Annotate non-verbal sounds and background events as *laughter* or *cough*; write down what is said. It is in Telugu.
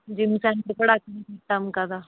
జిమ్ సెంటర్ కూడా *unintelligible* చేసాము కదా